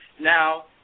Now